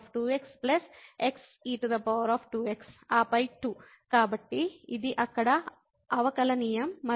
ఆపై 2 కాబట్టి ఇది అక్కడ అవకలనీయం మరియు తరువాత −3 e3x